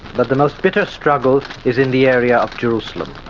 but the most bitter struggle is in the area of jerusalem.